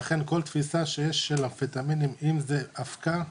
לכן כל תפיסה שיש אמפטמינים אם זה באבקה,